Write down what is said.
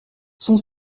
son